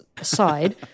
aside